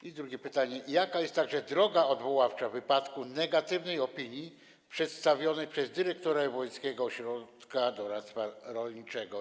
I drugie pytanie: Jaka jest droga odwoławcza w wypadku negatywnej opinii przedstawionej przez dyrektora wojewódzkiego ośrodka doradztwa rolniczego?